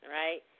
right